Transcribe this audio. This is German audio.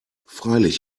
freilich